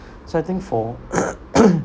so I think for